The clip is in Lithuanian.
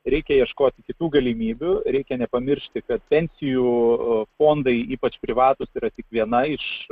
reikia ieškot kitų galimybių reikia nepamiršti kad pensijų fondai ypač privatūs yra tik viena iš